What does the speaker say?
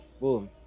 boom